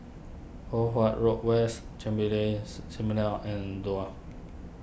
Poh Huat Road West Chen and Duo